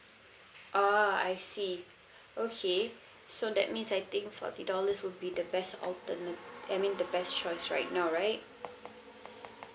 oh I see okay so that means I think forty dollars will be the best alterna~ I mean the best choice right now right